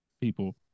people